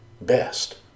best